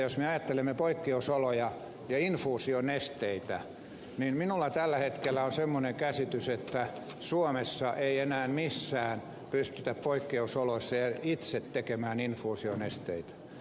jos me ajattelemme poikkeusoloja ja infuusionesteitä niin minulla tällä hetkellä on semmoinen käsitys että suomessa ei enää missään pystytä poikkeusoloissa itse tekemään infuusionesteitä